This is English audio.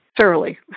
thoroughly